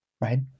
right